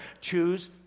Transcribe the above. choose